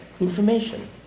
Information